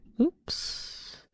Oops